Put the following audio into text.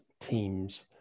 teams